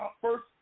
first